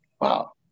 wow